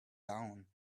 down